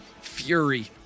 fury